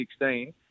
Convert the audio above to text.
2016